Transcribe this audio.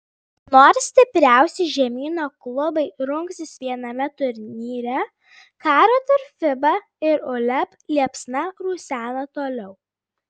nors stipriausi žemyno klubai rungsis viename turnyre karo tarp fiba ir uleb liepsna rusena toliau